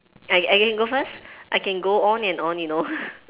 I I can go first I can go on and on you know